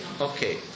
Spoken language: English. Okay